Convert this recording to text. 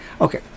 Okay